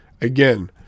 Again